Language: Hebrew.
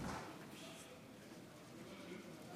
(חברי הכנסת מכבדים בקימה את צאת נשיא